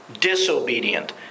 disobedient